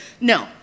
No